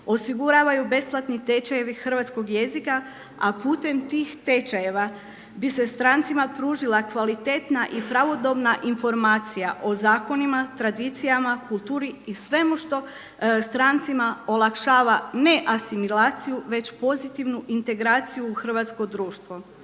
osiguravaju besplatni tečajevi hrvatskog jezika a putem tih tečajeva bi se strancima pružila kvalitetna i pravodobna informacija o zakonima, tradicijama, kulturu i svemu što strancima olakšava ne asimilaciju već pozitivnu integraciju u hrvatsko društvo.